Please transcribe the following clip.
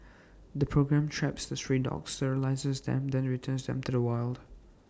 the programme traps the stray dogs sterilises them then returns them to the wild